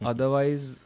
Otherwise